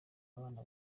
abana